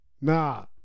Nah